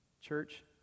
Church